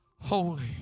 Holy